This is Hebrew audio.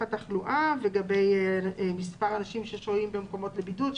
התחלואה לגבי מספר האנשים ששוהים במקומות לבידוד.